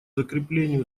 закреплению